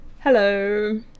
hello